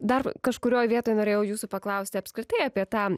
dar kažkurioj vietoj norėjau jūsų paklausti apskritai apie tą